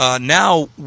Now